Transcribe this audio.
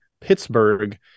Pittsburgh